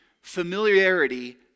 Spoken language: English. familiarity